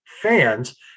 fans